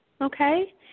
Okay